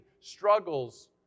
struggles